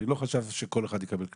אני לא חשבתי שכל אחד יקבל קנס,